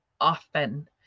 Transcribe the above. often